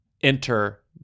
enter